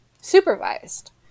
supervised